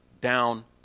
down